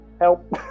help